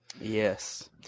Yes